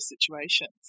situations